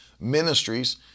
ministries